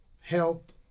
help